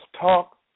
talk